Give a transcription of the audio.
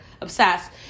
Obsessed